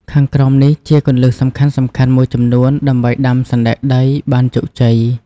ខាងក្រោមនេះជាគន្លឹះសំខាន់ៗមួយចំនួនដើម្បីដាំសណ្តែកដីបានជោគជ័យ។